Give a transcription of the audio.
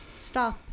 Stop